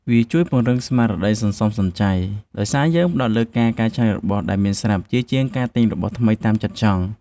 វាជួយពង្រឹងស្មារតីសន្សំសំចៃ ដោយសារយើងផ្ដោតលើការកែច្នៃរបស់ដែលមានស្រាប់ជាជាងការទិញរបស់ថ្មីតាមចិត្តចង់។